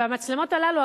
והמצלמות הללו,